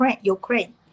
Ukraine